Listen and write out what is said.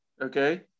okay